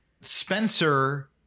Spencer